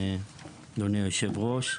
אדוני היושב-ראש.